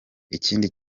ikindi